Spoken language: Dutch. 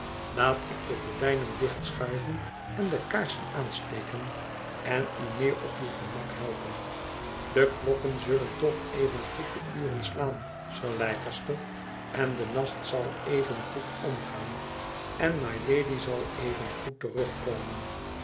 laat ik de gordijnen dicht schuiven en de kaarsen aansteken en u meer op uw gemak helpen de klokken zullen toch evengoed de uren slaan sir leicester en de nacht zal evengoed omgaan en mylady zal evengoed terugkomen